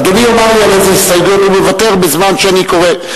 אדוני יאמר לי על איזה הסתייגויות הוא מוותר בזמן שאני קורא.